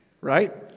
right